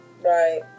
Right